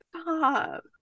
Stop